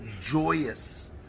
joyous